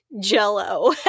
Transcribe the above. Jello